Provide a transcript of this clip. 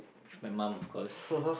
my mom of course